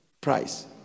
price